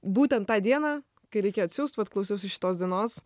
būtent tą dieną kai reikia atsiųst vat klausiausi šitos dienos